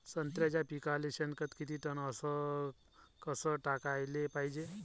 संत्र्याच्या पिकाले शेनखत किती टन अस कस टाकाले पायजे?